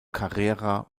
carrera